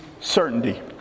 certainty